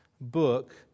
book